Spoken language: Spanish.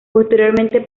posteriormente